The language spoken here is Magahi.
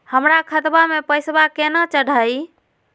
हमर खतवा मे पैसवा केना चढाई?